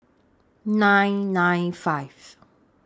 nine nine five